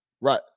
Right